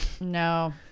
no